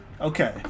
Okay